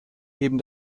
heben